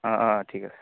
অ' অ' ঠিক আছে